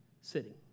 sitting